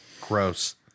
Gross